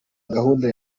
gahunda